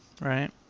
Right